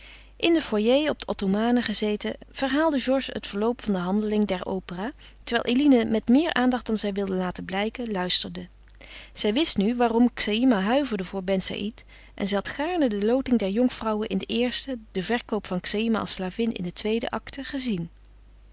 in den foyer op de ottomane gezeten verhaalde georges het verloop van de handeling der opera terwijl eline met meer aandacht dan zij wilde laten blijken luisterde zij wist nu waarom xaïma huiverde voor ben saïd en zij had gaarne de loting der jonkvrouwen in de eerste den verkoop van xaïma als slavin in de tweede acte gezien